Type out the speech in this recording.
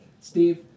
Steve